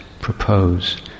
propose